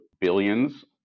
Billions